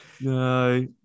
No